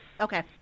Okay